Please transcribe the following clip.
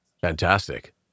Fantastic